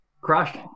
crushed